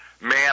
man